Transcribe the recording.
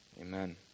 Amen